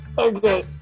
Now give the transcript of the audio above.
Okay